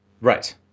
Right